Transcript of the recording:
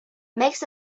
makes